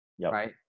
right